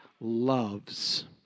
loves